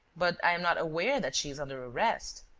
but i am not aware that she is under arrest.